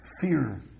fear